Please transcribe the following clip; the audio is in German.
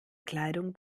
kleidung